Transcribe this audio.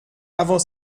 avant